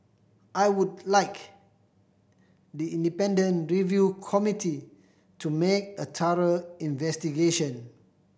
I would like the independent review committee to make a thorough investigation